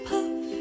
Puff